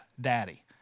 daddy